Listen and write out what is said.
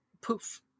poof